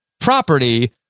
property